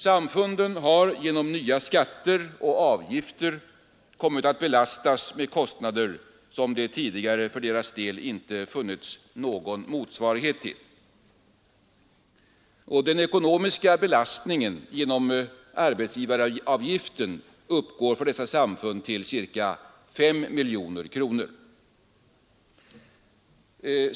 Samfunden har genom nya skatter och avgifter kommit att belastas med kostnader som det tidigare för deras del inte funnits någon motsvarighet till. Den ekonomiska belastningen genom arbetsgivaravgiften uppgår för dessa samfund till ca 5 miljoner kronor.